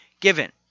given